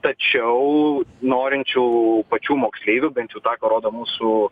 tačiau norinčių pačių moksleivių bent jau tą ką rodo mūsų